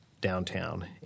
downtown